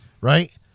Right